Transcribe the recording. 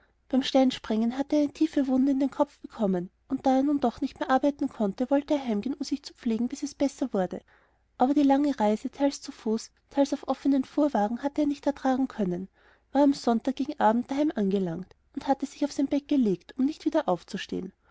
beim steinsprengen hatte er eine tiefe wunde in den kopf bekommen und da er nun doch nicht mehr arbeiten konnte wollte er heimgehen um sich zu pflegen bis es besser würde aber die lange reise teils zu fuß teils auf offenen fuhrwagen hatte er nicht ertragen können war am sonntag gegen abend daheim angelangt und hatte sich auf sein bett gelegt um nicht wieder aufzustehen